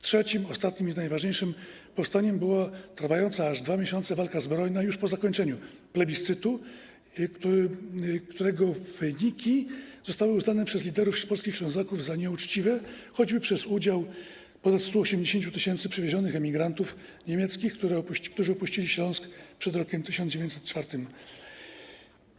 Trzecim, ostatnim i najważniejszym powstaniem była trwająca aż 2 miesiące walka zbrojna już po zakończeniu plebiscytu, którego wyniki zostały uznane przez liderów polskich Ślązaków za nieuczciwe, choćby przez udział ponad 180 tys. przywiezionych emigrantów niemieckich, którzy opuścili Śląsk przed rokiem 1904 r.